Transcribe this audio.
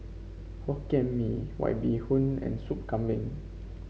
Hokkien Mee White Bee Hoon and Soup Kambing